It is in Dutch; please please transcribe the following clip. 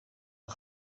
een